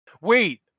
Wait